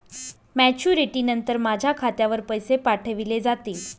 Maturity नंतर माझ्या खात्यावर पैसे पाठविले जातील?